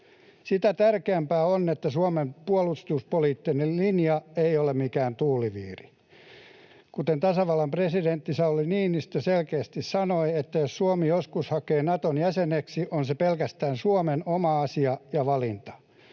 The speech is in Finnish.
Sitä tärkeämpää on, että Suomen puolustuspoliittinen linja ei ole mikään tuuliviiri. Kuten tasavallan presidentti Sauli Niinistö selkeästi sanoi: jos Suomi joskus hakee Naton jäseneksi, on se pelkästään Suomen oma asia ja valinta.